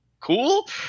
cool